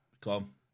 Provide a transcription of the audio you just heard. Come